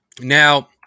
Now